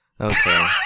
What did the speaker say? okay